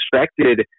expected